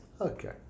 Okay